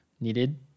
needed